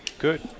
Good